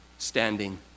Standing